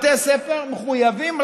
בתי הספר מחויבים,